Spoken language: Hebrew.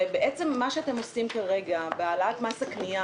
בעצם מה שאתם עושים כרגע בהעלאת מס הקנייה